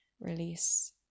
release